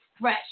fresh